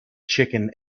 chicken